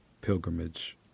pilgrimage